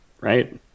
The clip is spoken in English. right